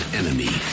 enemy